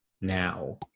now